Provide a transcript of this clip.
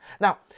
Now